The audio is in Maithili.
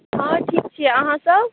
हँ ठीक छी अहाँसभ